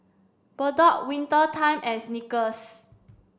Bardot Winter Time and Snickers